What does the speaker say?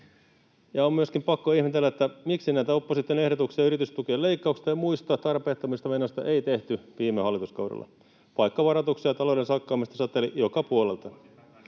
On myöskin pakko ihmetellä, miksi näitä opposition ehdotuksia yritystukien leikkauksista ja muista tarpeettomista menoista ei tehty viime hallituskaudella, vaikka varoituksia talouden sakkaamisesta sateli joka puolelta.